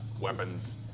weapons